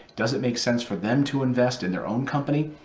doesn't make sense for them to invest in their own company.